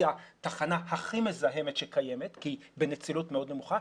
התחנה הכי מזהמת שקיימת כי היא בנצילות מאוד נמוכה,